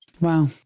Wow